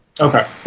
Okay